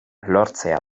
lortzea